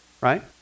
right